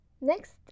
Next